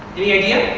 any idea?